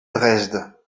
dresde